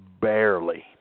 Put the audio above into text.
barely